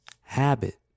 habit